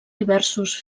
diversos